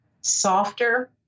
softer